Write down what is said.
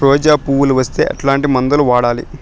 రోజా పువ్వులు వస్తే ఎట్లాంటి మందులు వాడాలి?